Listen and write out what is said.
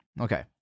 okay